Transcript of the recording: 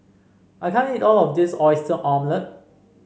I can't eat all of this Oyster Omelette